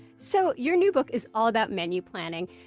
so your new book is all about menu planning.